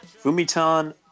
Fumitan